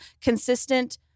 consistent